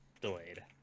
delayed